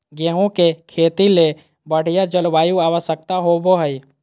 गेहूँ के खेती ले बढ़िया जलवायु आवश्यकता होबो हइ